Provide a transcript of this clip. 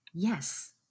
yes